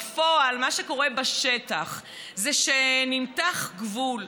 בפועל, מה שקורה בשטח זה שנמתח גבול,